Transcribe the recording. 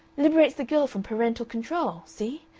liberates the girl from parental control. see?